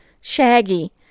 shaggy